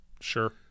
Sure